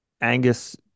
Angus